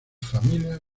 familias